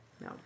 No